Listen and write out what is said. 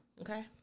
okay